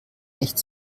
nicht